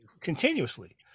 continuously